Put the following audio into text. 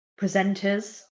presenters